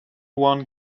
one